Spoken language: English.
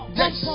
yes